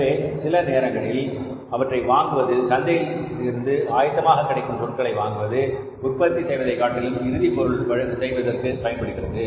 எனவே சில நேரங்களில் அவற்றை வாங்குவது சந்தையிலிருந்து ஆயத்தமாக கிடைக்கும் பொருட்களை வாங்குவது உற்பத்தி செய்வதை காட்டிலும் இறுதி பொருள் செய்வதற்கு பயன்படுகிறது